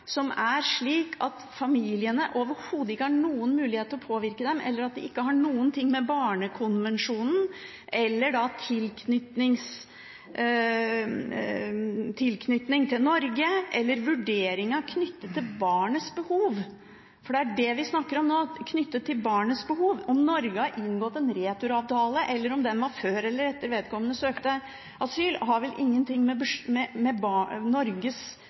som er slik at familiene overhodet ikke har noen mulighet til å påvirke dem, eller at de ikke har noe med Barnekonvensjonen eller tilknytning til Norge eller vurderinger knyttet til barnets behov å gjøre? For det er det vi snakker om nå – knyttet til barnets behov. Om Norge har inngått en returavtale, eller om den ble inngått før eller etter vedkommende søkte asyl, har vel ingenting med Norges forpliktelse til å oppfylle Barnekonvensjonen eller med